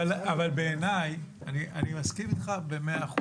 אני מסכים איתך במאה אחוז.